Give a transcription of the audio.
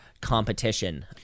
competition